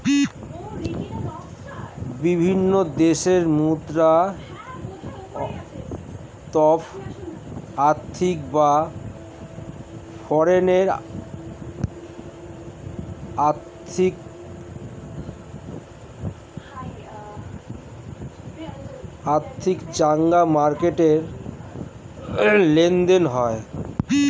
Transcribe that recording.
বিভিন্ন দেশের মুদ্রা এফ.এক্স বা ফরেন এক্সচেঞ্জ মার্কেটে লেনদেন হয়